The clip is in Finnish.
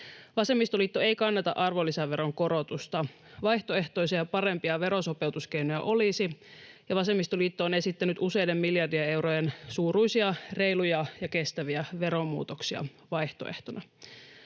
Vasemmistoliitto ei kannata arvonlisäveron korotusta. Vaihtoehtoisia ja parempia verosopeutuskeinoja olisi, ja vasemmistoliitto on esittänyt useiden miljardien eurojen suuruisia reiluja ja kestäviä veromuutoksia vaihtoehtona.